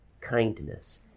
kindness